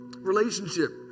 Relationship